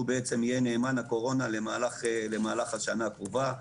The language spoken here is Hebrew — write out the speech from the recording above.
והוא יהיה נאמן הקורונה למהלך השנה הקרובה.